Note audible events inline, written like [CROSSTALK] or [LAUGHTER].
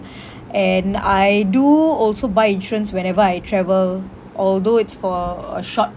[BREATH] and I do also buy insurance whenever I travel although it's for a a short